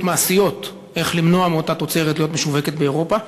מעשיות איך למנוע מאותה תוצרת להיות משווקת באירופה.